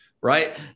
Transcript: right